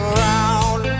round